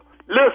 Listen